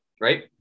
right